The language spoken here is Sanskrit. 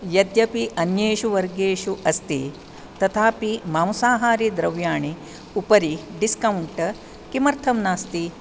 यद्यपि अन्येषु वर्गेषु अस्ति तथापि मांसाहारी द्रव्याणि उपरि डिस्कौण्ट् किमर्थम् नास्ति